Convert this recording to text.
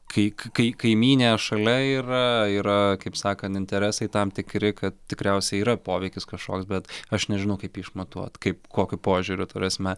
kai kai kaimynė šalia yra yra kaip sakant interesai tam tikri kad tikriausiai yra poveikis kažkoks bet aš nežinau kaip jį išmatuot kaip kokiu požiūriu ta prasme